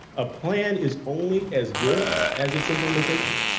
a plan is only as good as its implementation.